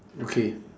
okay